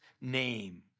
name